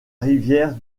rivière